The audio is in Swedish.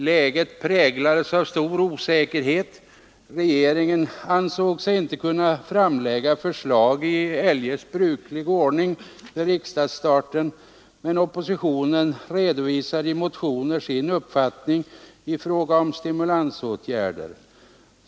Läget präglades av stor osäkerhet. Regeringen ansåg sig inte kunna framlägga förslag i eljest bruklig ordning vid riksdagsstarten, men oppositionen redovisade i motioner sin uppfattning i fråga om stimulansåtgärder.